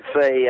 say